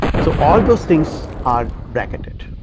so, all those things are bracketed